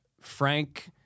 Frank